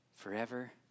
forever